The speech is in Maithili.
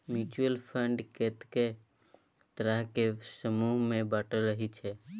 म्युच्युअल फंड कतेको तरहक समूह मे बाँटल रहइ छै